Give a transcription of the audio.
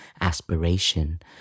aspiration